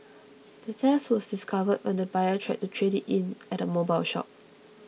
the theft was discovered when the buyer tried to trade it in at a mobile shop